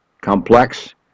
complex